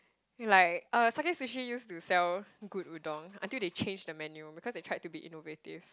you like uh Sakae-Sushi use to sell good udon until they change the menu because they try to be innovative